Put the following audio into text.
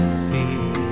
see